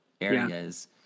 areas